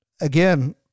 again